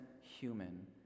human